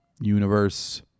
universe